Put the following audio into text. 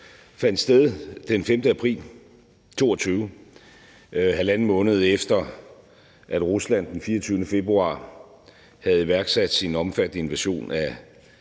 fandt sted den 5. april 2022, halvanden måned efter at Rusland den 24. februar havde iværksat sin omfattende invasion af